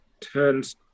turns